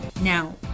now